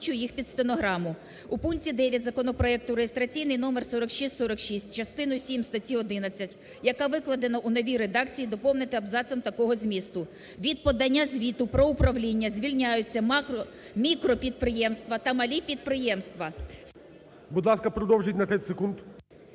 Будь ласка, продовжіть на 30 секунд.